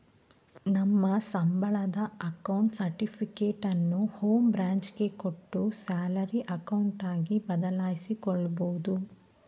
ನಮ್ಮ ಸಂಬಳದ ಅಕೌಂಟ್ ಸರ್ಟಿಫಿಕೇಟನ್ನು ಹೋಂ ಬ್ರಾಂಚ್ ಗೆ ಕೊಟ್ಟು ಸ್ಯಾಲರಿ ಅಕೌಂಟ್ ಆಗಿ ಬದಲಾಯಿಸಿಕೊಬೋದು